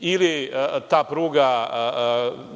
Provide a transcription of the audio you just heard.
ili ta pruga